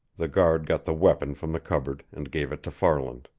the guard got the weapon from the cupboard and gave it to farland.